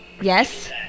Yes